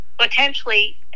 potentially